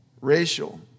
racial